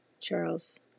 Charles